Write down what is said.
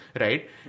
right